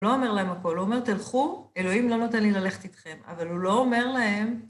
לא אומר להם הכול, הוא אומר תלכו, אלוהים לא נותן לי ללכת איתכם, אבל הוא לא אומר להם...